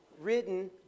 written